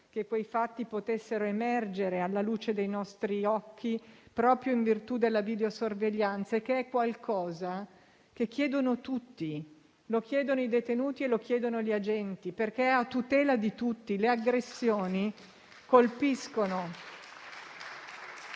che quei fatti potessero emergere alla luce dei nostri occhi proprio in virtù della videosorveglianza, che è qualcosa che chiedono tutti: lo chiedono i detenuti e lo chiedono gli agenti. È, infatti, a tutela di tutti. Le aggressioni colpiscono